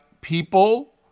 people